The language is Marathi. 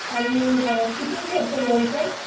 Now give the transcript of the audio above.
आणि किती खर्च येईल सर